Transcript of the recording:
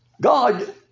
God